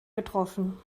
getroffen